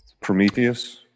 Prometheus